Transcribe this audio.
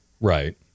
Right